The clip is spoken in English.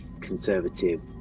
conservative